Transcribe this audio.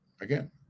Again